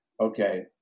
okay